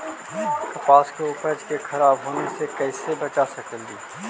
कपास के उपज के खराब होने से कैसे बचा सकेली?